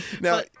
Now